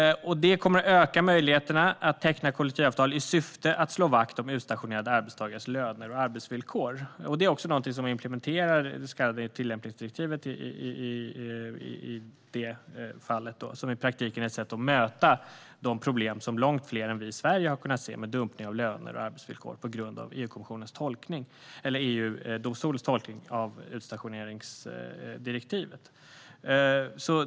Detta kommer att öka möjligheterna att teckna kollektivavtal i syfte att slå vakt om utstationerade arbetstagares löner och arbetsvillkor. Det är också något som implementerar det så kallade tillämpningsdirektivet, som i praktiken är ett sätt att möta de problem som långt fler än vi i Sverige har kunnat se med dumpning av löner och arbetsvillkor på grund av EU-domstolens tolkning av utstationeringsdirektivet.